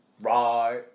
Right